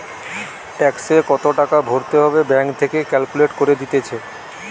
ট্যাক্সে কত টাকা ভরতে হবে ব্যাঙ্ক থেকে ক্যালকুলেট করে দিতেছে